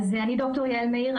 אני ד"ר יעל מאיר,